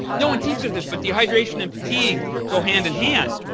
no one teaches this but dehydration and fatigue go hand-in-hand.